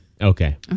Okay